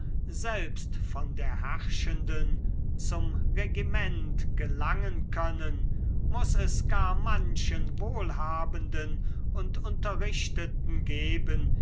selbst von der herrschenden zum regiment gelangen können muß es gar manchen wohlhabenden und unterrichteten geben